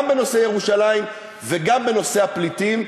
גם בנושא ירושלים וגם בנושא הפליטים.